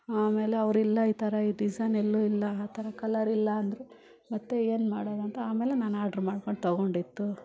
ಆಮೇಲೆ ಅವರಿಲ್ಲ ಈ ಥರ ಈ ಡಿಸೈನ್ ಎಲ್ಲೂ ಇಲ್ಲ ಆ ಥರ ಕಲರ್ ಇಲ್ಲ ಅಂದರು ಮತ್ತು ಏನುಮಾಡೊದಂತ ಆಮೇಲೆ ನಾನು ಆರ್ಡ್ರ್ ಮಾಡ್ಕೊಂಡು ತಗೊಂಡಿದ್ದು